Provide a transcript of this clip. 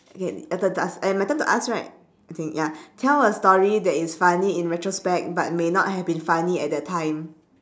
okay your turn to ask eh my turn to ask right I think ya tell a story that is funny in retrospect but may not have been funny at that time